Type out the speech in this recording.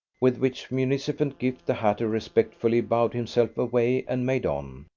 with which munificent gift the hatter respectfully bowed himself away and made on,